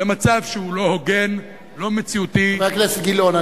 למצב שהוא לא הוגן, לא מציאותי, חבר הכנסת גילאון,